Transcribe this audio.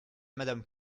madame